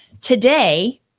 today